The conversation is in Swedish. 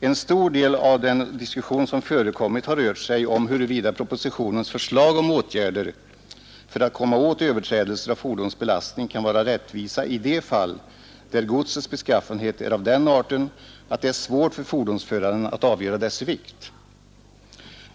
En stor del av den diskussion som förekommit har rört sig om huruvida propositionens förslag till åtgärder för att komma åt överträdelser av bestämmelser om fordonens belastning kan vara rättvisa i de fall där godsets beskaffenhet är av den arten att det är svårt för fordonsföraren att avgöra dess vikt.